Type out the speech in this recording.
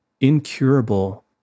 incurable